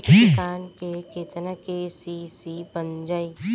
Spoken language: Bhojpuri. एक किसान के केतना के.सी.सी बन जाइ?